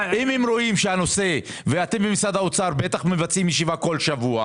אם הם רואים אתם במשרד האוצר מקיימים ישיבה כל שבוע